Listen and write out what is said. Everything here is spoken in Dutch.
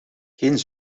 geen